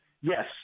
yes